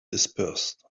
dispersed